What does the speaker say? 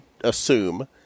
assume